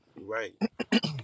Right